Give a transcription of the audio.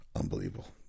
Unbelievable